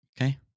Okay